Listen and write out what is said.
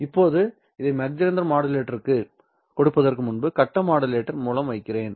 இப்போது இதை Mach Zehnder மாடுலேட்டருக்குக் கொடுப்பதற்கு முன்பு கட்ட மாடுலேட்டர் மூலம் வைக்கிறேன்